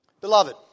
Beloved